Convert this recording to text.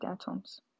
atoms